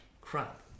crap